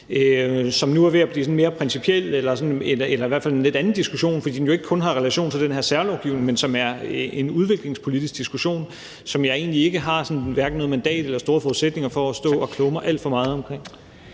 som nu er ved at blive sådan mere principiel – eller i hvert fald en lidt anden diskussion – fordi den jo ikke kun har relation til den her særlovgivning, men som er en udviklingspolitisk diskussion, som jeg egentlig hverken har noget mandat til eller store forudsætninger for at stå og kloge mig alt for meget på.